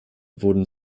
wurden